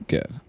Good